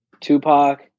tupac